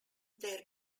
their